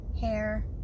hair